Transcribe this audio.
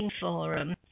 forum